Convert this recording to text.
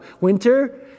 winter